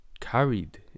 Carried